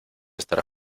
estar